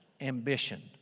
ambition